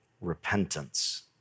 repentance